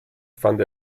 fand